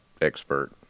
expert